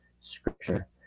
scripture